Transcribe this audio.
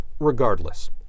Regardless